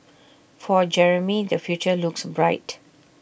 for Jeremy the future looks bright